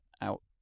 out